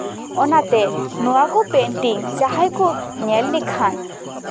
ᱚᱱᱟᱛᱮ ᱱᱚᱣᱟ ᱠᱚ ᱯᱮᱱᱴᱤᱝ ᱡᱟᱦᱟᱸᱭ ᱠᱚ ᱧᱮᱞ ᱞᱮᱠᱷᱟᱱ